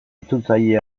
itzultzaile